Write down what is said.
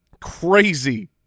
Crazy